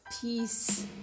peace